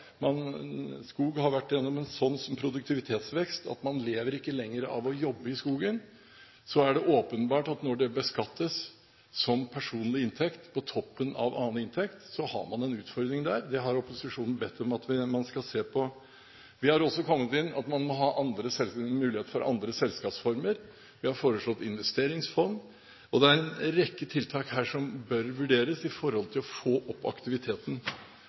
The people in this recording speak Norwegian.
vært gjennom en sånn produktivitetsvekst at man lever ikke lenger av å jobbe i skogen. Så er det åpenbart at når det beskattes som personlig inntekt på toppen av annen inntekt, har man en utfordring. Det har opposisjonen bedt om at man skal se på. Vi har også kommet til at man må ha muligheter for andre selskapsformer, vi har foreslått investeringsfond, og det er en rekke tiltak her som bør vurderes for å få opp aktiviteten.